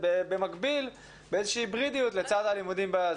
במקביל, בצורה היברידית לצד הלימודים בכיתה.